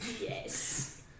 Yes